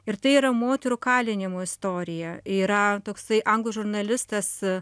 ir tai yra moterų kalinimų istorija yra toksai anglų žurnalistas